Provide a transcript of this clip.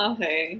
Okay